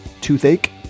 toothache